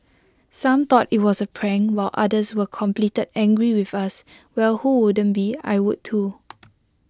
some thought IT was A prank while others were completed angry with us well who wouldn't be I would too